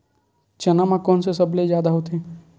चना म कोन से सबले जादा होथे?